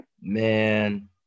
Man